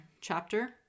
chapter